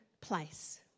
place